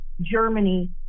Germany